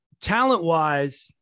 Talent-wise